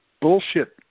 bullshit